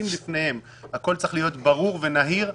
הכל צריך להיות ברור ונהיר,